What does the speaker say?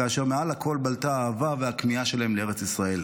כאשר מעל הכול בלטה האהבה והכמיהה שלהם לארץ ישראל.